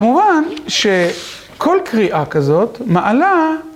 מובן שכל קריאה כזאת מעלה